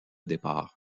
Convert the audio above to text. départ